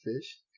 fish